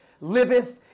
liveth